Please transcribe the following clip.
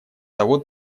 того